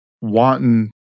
wanton